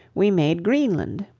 we made greenland,